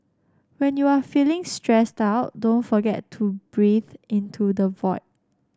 when you are feeling stressed out don't forget to breathe into the void